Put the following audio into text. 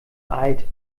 alt